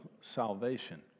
salvation